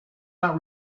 not